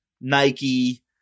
Nike